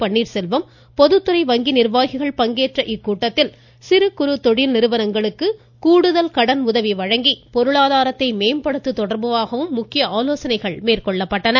பன்னீர்செல்வம் பொதுத்துறை வங்கி நிர்வாகிககள் பங்கேற்ற இக்கூட்டத்தில் சிறு குறு தொழில் நிறுவனங்களுக்கு கூடுதல் கடனுதவி வழங்கி பொருளாதாரத்தை மேம்படுத்துவது தொடர்பாகவும் முக்கிய ஆலோசனைகள் மேற்கொள்ளப்பட்டன